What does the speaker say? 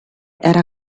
era